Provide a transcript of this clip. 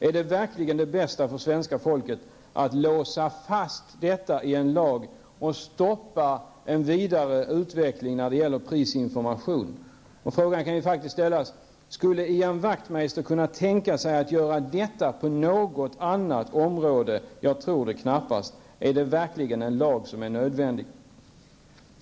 Är verkligen det bästa för svenska folket att låsa fast detta i en lag och stoppa vidare utveckling när det gäller prisinformationen? Frågan kan faktiskt ställas: Skulle Ian Wachtmeister kunna tänka sig att göra detta på något annat område? Jag tror det knappast. Är det verkligen en lag som är nödvändig?